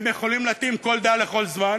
והם יכולים להתאים כל דעה לכל זמן